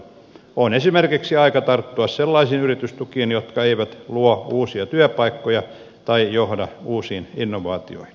on esimerkiksi aika tarttua sellaisiin yritystukiin jotka eivät luo uusia työpaikkoja tai johda uusiin innovaatioihin